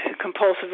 compulsive